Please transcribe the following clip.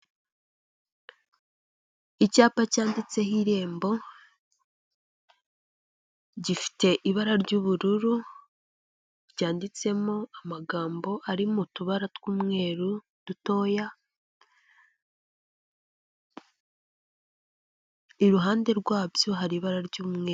Icyapa cyanditseho irembo; gifite ibara ry'ubururu ryanditsemo amagambo ari mu tubara tw'umweru dutoya. Iruhande rwabyo hari ibara ry'umweru.